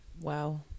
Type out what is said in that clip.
Wow